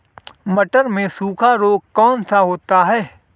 टमाटर में सूखा रोग कौन सा होता है?